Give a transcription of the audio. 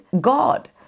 God